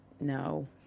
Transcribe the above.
no